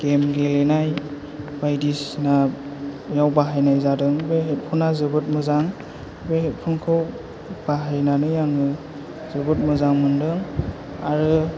game गेलेनाय बायदिसिनायाव बाहायनाय जादों बे हेदफना जोबोर मोजां बे हेदफनखौ बाहायनानै आङो जोबोर मोजां मोनदों आरो